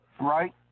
right